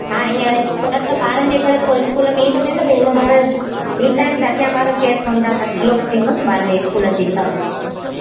हा हीअंर ॿारनि जे करे पोइ स्कूल में ईंअ थो थिए भई हिन बार ॿी शइ अॻियां ॿार ॿारनि जे स्कूल जी फ़ीस आहे